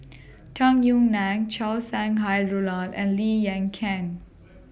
Tung Yue Nang Chow Sau Hai Roland and Lee Yan Ken